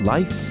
Life